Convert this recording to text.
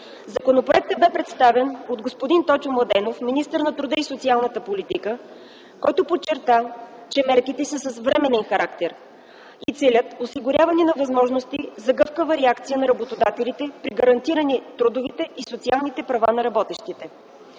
Законопроектът бе представен от господин Тотю Младенов, министър на труда и социалната политика, който подчерта, че мерките са с временен характер и целят осигуряването на възможности за гъвкава реакция на работодателите при гарантиране трудовите и социалните права на работещите.